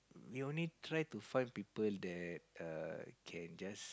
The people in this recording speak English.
we only try to find people that err can just gel with us